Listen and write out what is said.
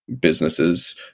businesses